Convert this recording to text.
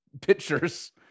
Pictures